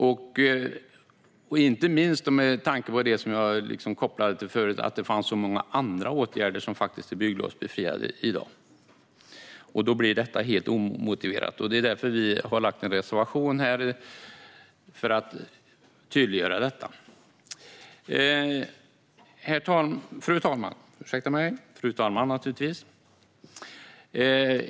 Jag tänker inte minst på det som jag hänvisade till förut: att det finns många andra åtgärder som faktiskt är bygglovsbefriade i dag. Då blir detta helt omotiverat. Det är för att tydliggöra det som vi har en reservation. Fru talman!